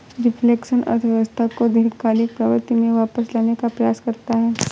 reflection अर्थव्यवस्था को दीर्घकालिक प्रवृत्ति में वापस लाने का प्रयास करता है